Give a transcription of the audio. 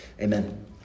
Amen